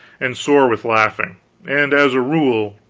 and sore with laughing and, as a rule,